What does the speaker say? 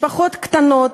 משפחות קטנות,